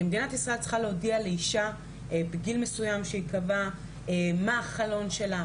מדינת ישראל צריכה להודיע לאישה בגיל מסוים מה החלון שלה,